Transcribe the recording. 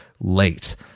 late